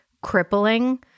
crippling